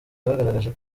bwagaragaje